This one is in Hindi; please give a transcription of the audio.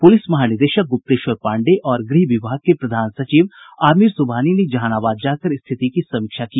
पुलिस महानिदेशक गुप्तेश्वर पाण्डेय और गृह विभाग के प्रधान सचिव आमिर सुबहानी ने जहानाबाद जाकर स्थिति की समीक्षा की